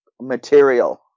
material